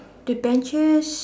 the benches